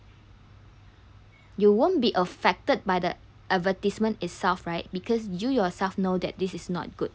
you won't be affected by the advertisement itself right because you yourself know that this is not good